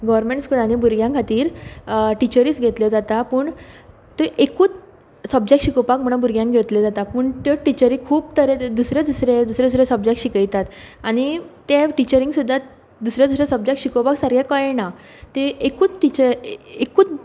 government स्कुलांनी भुरग्यां खातीर टिचरीच घेतल्यो जाता पूण त्यो एकूच सबजेक्ट शिकोवपाक म्हूण भुरग्यांक घेतल्यो जाता पूण त्यो टिचरी खूब तरेतरे दुसरे दुसरे दुसरे दुसरे सबजेक्ट शिकयतात आनी त्या टिचरींक सुद्धा दुसरे दुसरे सबजेक्ट शिकोवपाक सारकें कळना ती एकूच टिचर एकूच